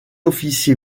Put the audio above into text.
officier